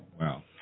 wow